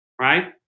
right